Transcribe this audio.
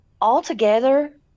Altogether